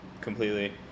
completely